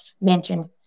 mentioned